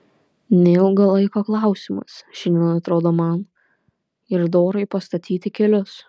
neilgo laiko klausimas šiandien atrodo man ir dorai pastatyti kelius